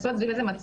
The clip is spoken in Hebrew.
זה מאוד קשה.